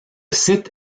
site